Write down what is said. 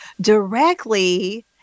directly